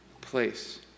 place